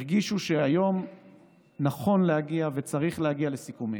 הם הרגישו שהיום נכון להגיע וצריך להגיע לסיכומים,